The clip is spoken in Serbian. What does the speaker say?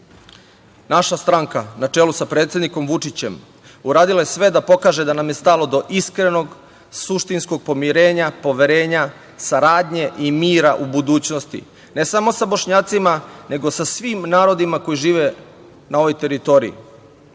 stranka na čelu sa predsednikom Vučićem je uradila sve da pokaže da nam je stalo do iskrenog suštinskog pomirenja, poverenja, saradnje i mira u budućnosti, ne samo sa Bošnjacima, nego sa svim narodima koji žive na ovoj teritoriji,